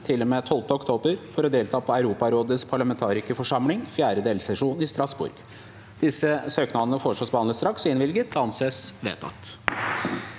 til og med 12. oktober for å delta på Europarådets parlamentarikerforsamlings fjerde delsesjon i Strasbourg Disse søknadene foreslås behandlet straks og innvilget. – Det anses vedtatt.